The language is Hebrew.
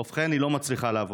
ובכן, היא לא מצליחה לעבוד.